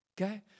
Okay